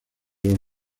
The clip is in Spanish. los